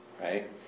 right